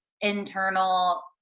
internal